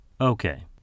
Okay